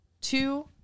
two